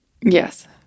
Yes